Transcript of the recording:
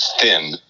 thin